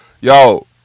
yo